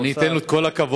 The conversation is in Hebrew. אני אתן לו את כל הכבוד.